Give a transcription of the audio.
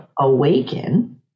awaken